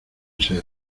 ser